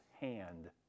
hand